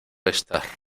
estas